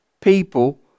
people